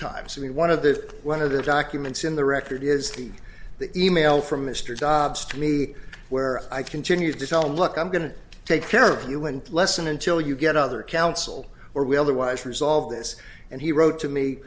times in one of the one of the documents in the record is the e mail from mr jobs to me where i continued to tell me look i'm going to take care of you and lessen until you get other counsel or we otherwise resolved this and he wrote to me